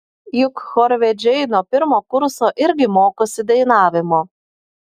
juk chorvedžiai nuo pirmo kurso irgi mokosi dainavimo